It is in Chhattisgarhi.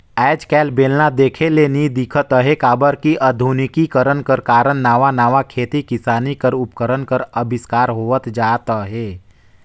आएज काएल बेलना देखे ले नी दिखत अहे काबर कि अधुनिकीकरन कर कारन नावा नावा खेती किसानी कर उपकरन कर अबिस्कार होवत जात अहे